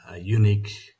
unique